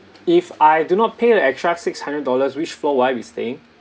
if I do not pay the extra six hundred dollars which floor are we staying